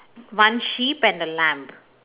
one sheep and a lamb